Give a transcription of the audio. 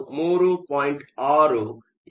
6 electron ವೋಲ್ಟ್ಗಳನ್ನು ಹೊಂದಿದೆ